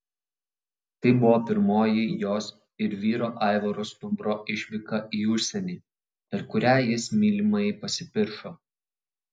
tai buvo pirmoji jos ir vyro aivaro stumbro išvyka į užsienį per kurią jis mylimajai pasipiršo